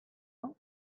out